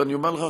ואני אומר לך,